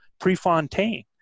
prefontaine